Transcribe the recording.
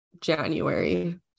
January